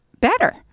better